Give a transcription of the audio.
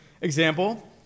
example